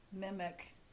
mimic